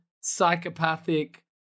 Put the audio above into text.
psychopathic